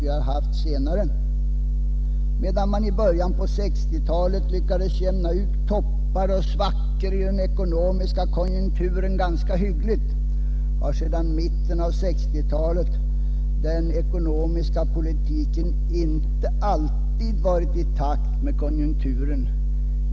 Medan man i början av 1960-talet ganska hyggligt lyckades jämna ut toppar och svackor i den ekonomiska konjunkturen, har sedan mitten av 1960-talet den ekonomiska politiken inte alltid varit i takt med konjunkturen.